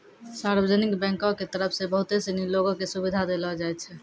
सार्वजनिक बैंको के तरफ से बहुते सिनी लोगो क सुविधा देलो जाय छै